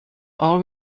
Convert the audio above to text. all